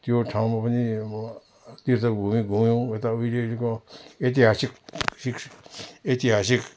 त्यो ठाउँमा पनि म तीर्थभूमि घुम्यौँ यता उहिले उहिलेको ऐतिहासिक शिक ऐतिहासिक